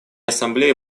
ассамблеи